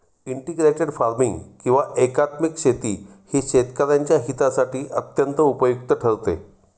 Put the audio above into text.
integrated farming किंवा एकात्मिक शेती ही शेतकऱ्यांच्या हितासाठी अत्यंत उपयुक्त ठरते